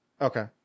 Okay